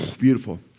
beautiful